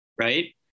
right